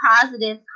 positive